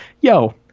yo